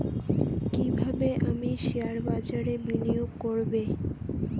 কিভাবে আমি শেয়ারবাজারে বিনিয়োগ করবে?